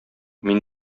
мин